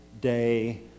day